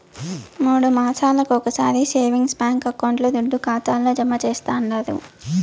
మూడు మాసాలొకొకసారి సేవింగ్స్ బాంకీ అకౌంట్ల దుడ్డు ఖాతాల్లో జమా చేస్తండారు